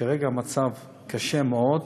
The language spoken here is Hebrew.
כרגע המצב קשה מאוד,